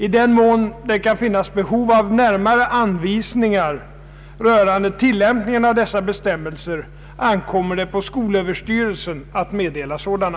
I den mån det kan finnas behov av närmare anvisningar rörande tillämpningen av dessa bestämmelser, ankommer det på skolöverstyrelsen att meddela sådana.